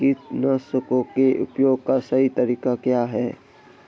कीटनाशकों के प्रयोग का सही तरीका क्या है?